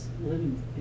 living